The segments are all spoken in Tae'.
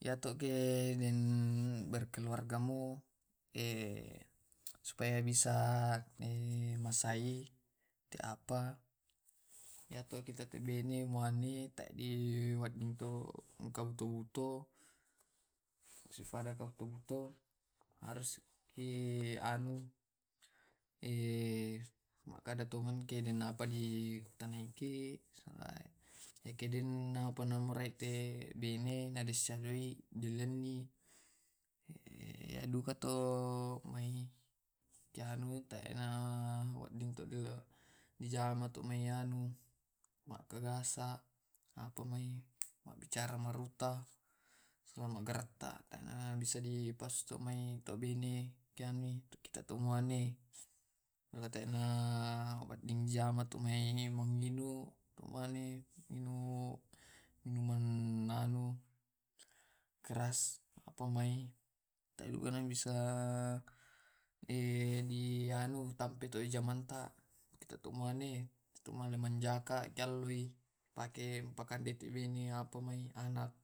Iyato ke deng berkeluargamu supaya bisak masai apa iyatunkubene mua ni wedding to kabu-kabuto. Haruski anu, nainappa di tanaiki yakedena uraiki te bene na disarai urai dulani ki duka to mai keanui te na wedding dijama totumai magagasa apa mai mak mabicara maruta. Magaretta bisai paessu tumae to bene keanui kita toane wedding jama tumai weng inu tumane minum minuman anu keras. Opomai to weneng bisa tu di anu tampei tu jamanta kita to mane pake pakande tu wene apa mai anak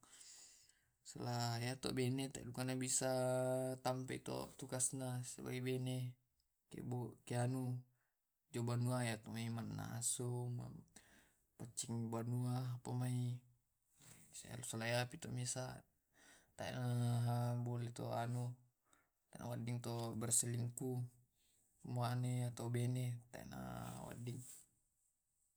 sela yatu bene tugasnya tu sebagai bene kebuk ke anu. Jabanua tumae mannasu, pacing banua sela sayapi tumae bisa maboltu anu to berselingku to bene tena wedding.